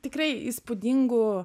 tikrai įspūdingų